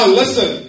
listen